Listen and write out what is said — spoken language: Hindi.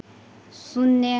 शून्य